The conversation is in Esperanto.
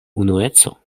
unueco